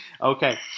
Okay